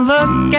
Look